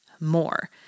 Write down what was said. more